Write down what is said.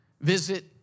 Visit